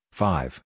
five